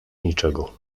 niczego